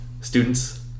students